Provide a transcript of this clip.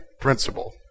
principle